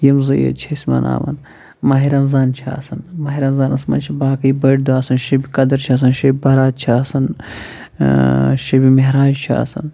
یِم زٕ عیٖدٕ چھِ أسۍ مناوان ماہرَمضان چھِ آسان ماہرَمزانَس منٛز چھِ باقٕے بٔڑۍ دۄہ آسَان شب قدٕر چھِ آسان شب بَرت چھِ آسان شبہِ مہراج چھِ آسان